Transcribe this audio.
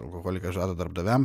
alkoholikas žada darbdaviam